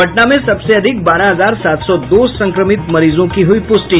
पटना में सबसे अधिक बारह हजार सात सौ दो संक्रमित मरीजों की हुई पुष्टि